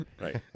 right